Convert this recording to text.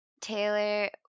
Taylor